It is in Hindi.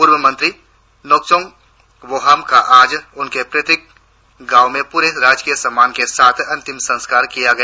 पूर्व मंत्री नोकचोंग बोहाम का आज उनके पैतृक गांव में पूरे राजकीय सम्मान के साथ अंतिम संस्कार किया गया